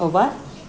a what